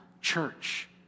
church